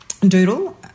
doodle